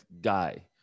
guy